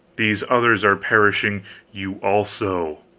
these others are perishing you also.